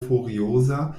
furioza